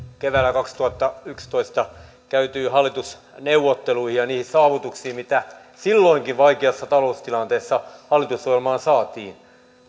keväällä kaksituhattayksitoista käytyihin hallitusneuvotteluihin ja niihin saavutuksiin joita silloinkin vaikeassa taloustilanteessa hallitusohjelmaan saatiin